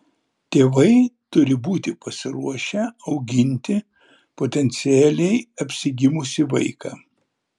tėvai turi būti pasiruošę auginti potencialiai apsigimusį vaiką